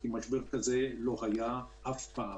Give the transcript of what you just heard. כי משבר כזה לא היה אף פעם.